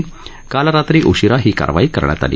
शनिवारी रात्री उशिरा ही कारवाई करण्यात आली